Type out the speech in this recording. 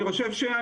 אני הקשבתי רב קשב,